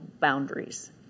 boundaries